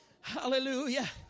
hallelujah